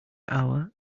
hour